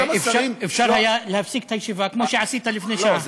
אפשר היה להפסיק את הישיבה, כמו שעשית לפני שעה.